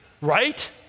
Right